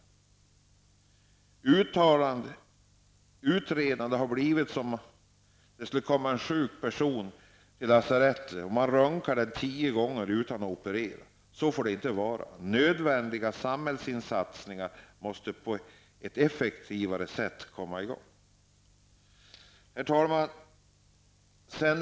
Man kan göra en jämförelse mellan detta utredande och en sjuk person som kommer till lasarettet och blir röntgad tio gånger utan att bli opererad. Så får det inte vara. Nödvändiga samhällssatsningar måste på ett effektivare sätt komma i gång. Herr talman!